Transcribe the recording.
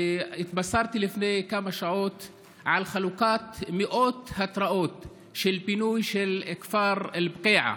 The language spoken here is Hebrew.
התבשרתי לפני כמה שעות על חלוקת מאות התראות לפינוי של כפר אל-בקיעה,